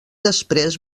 després